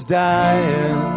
dying